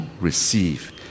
receive